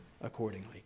accordingly